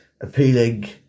appealing